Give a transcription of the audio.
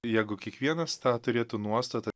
jeigu kiekvienas tą turėtų nuostatą